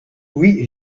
oui